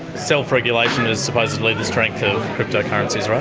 self-regulation is supposedly the strength of cryptocurrencies, right?